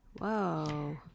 Whoa